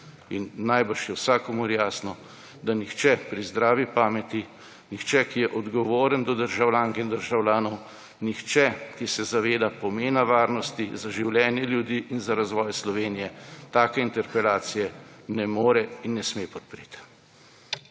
Verjetno je vsakomur jasno, da nihče pri zdravi pameti, nihče, ki je odgovoren do državljank in državljanov, nihče, ki se zaveda pomena varnosti za življenje ljudi in za razvoj Slovenije take interpelacije ne more in ne sme podpreti.